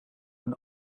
een